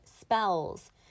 spells